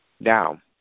Now